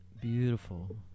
beautiful